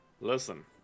Listen